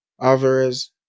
Alvarez